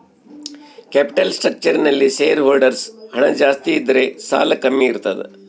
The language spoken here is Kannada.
ಕ್ಯಾಪಿಟಲ್ ಸ್ಪ್ರಕ್ಷರ್ ನಲ್ಲಿ ಶೇರ್ ಹೋಲ್ಡರ್ಸ್ ಹಣ ಜಾಸ್ತಿ ಇದ್ದರೆ ಸಾಲ ಕಮ್ಮಿ ಇರ್ತದ